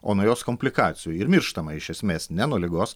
o nuo jos komplikacijų ir mirštama iš esmės ne nuo ligos